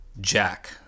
Jack